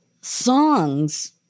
songs